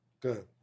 Good